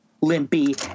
Limpy